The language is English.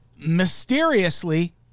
mysteriously